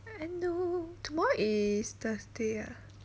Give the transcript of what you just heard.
I know tomorrow is thursday ah